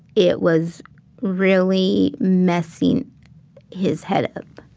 it was really messing his head up.